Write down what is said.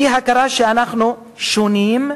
אי-הכרה בכך שאנחנו שונים,